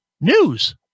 news